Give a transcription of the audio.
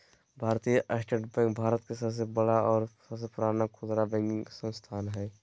भारतीय state bank Bharat के सबसे बड़ा और सबसे पुराना खुदरा बैंकिंग संस्थान हइ